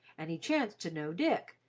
and he chanced to know dick,